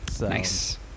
Nice